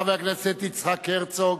חבר הכנסת יצחק הרצוג,